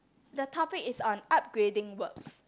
the topic is on upgrading works